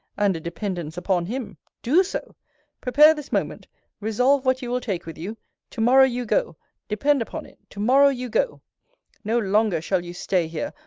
and a dependence upon him do so prepare this moment resolve what you will take with you to-morrow you go depend upon it to-morrow you go no longer shall you stay here,